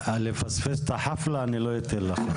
לפספס את החאפלה, אני לא אתן לך.